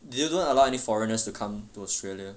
they don't allow any foreigners to come to australia